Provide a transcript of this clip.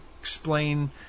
explain